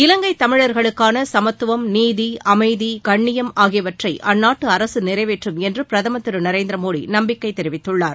இலங்கை தமிழர்களுக்கான சமத்துவம் நீதி அமைதி கண்ணியம் ஆகியவற்றை அந்நாட்டு அரசு நிறைவேற்றும் என்று பிரதமர் திரு நரேந்திரமோடி நம்பிக்கை தெரிவித்துள்ளார்